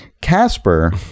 Casper